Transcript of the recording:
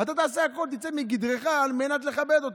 אתה תעשה הכול, תצא מגדרך על מנת לכבד אותי,